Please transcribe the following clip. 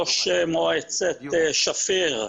ראש מועצת שפיר,